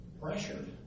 pressured